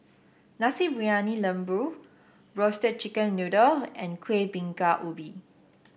Nasi Briyani Lembu Roasted Chicken Noodle and Kuih Bingka Ubi